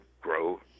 grow